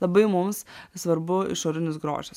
labai mums svarbu išorinis grožis